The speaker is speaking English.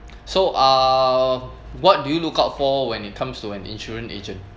so uh what do you look out for when it comes to an insurance agent